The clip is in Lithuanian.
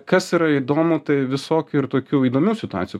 kas yra įdomu tai visokių ir tokių įdomių situacijų